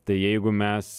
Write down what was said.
tai jeigu mes